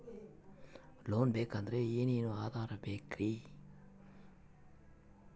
Loan ಬೇಕಾದ್ರೆ ಏನೇನು ಆಧಾರ ಬೇಕರಿ?